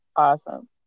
awesome